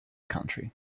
county